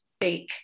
bake